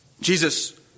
Jesus